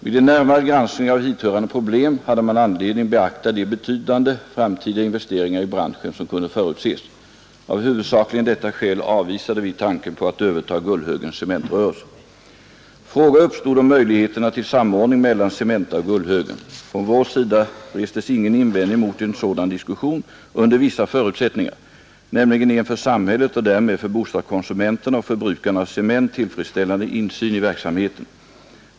Vid en närmare granskning av hithörande problem hade man anledning beakta de betydande, framtida investeringar i branschen som kunde förutses. Av huvudsakligen detta skäl avvisade vi tanken på Fråga uppstod om möjligheterna till samordning mellan Cementa och Gullhögen. Från vår sida restes ingen invändning mot en sådan diskussion under vissa förutsättningar, nämligen en för samhället och därmed för bostadskonsumenterna och förbrukarna av cement tillfredsställande insyn i verksamheten.